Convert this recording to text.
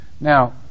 now